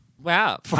Wow